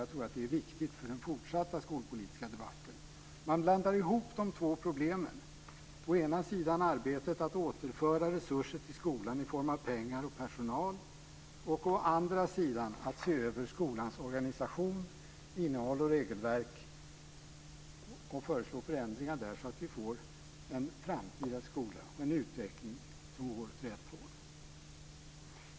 Jag tror att det är viktigt för den fortsatta skolpolitiska debatten. Man blandar ihop de två problemen: å ena sidan arbetet att återföra resurser till skolan i form av pengar och personal och å andra sidan att se över skolans organisation, innehåll och regelverk och föreslå förändringar där så att vi får en framtida skola och en utveckling som går åt rätt håll.